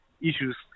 issues